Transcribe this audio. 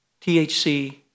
THC